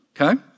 Okay